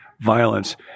violence